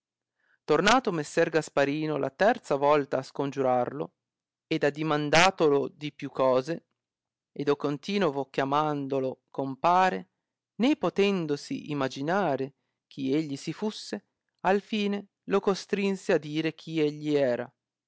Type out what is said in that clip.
tornato messer gasparino la terza volta a scongiurarlo ed addimandatolo di più cose e di continovo chiamandolo compare né potendosi imaginare chi egli si fusse al fine lo costrinse a dire chi egli era